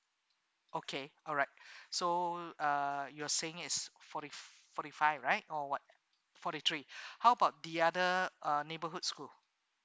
okay alright so uh you're saying is forty forty five right or what forty three how about the other uh neighborhood school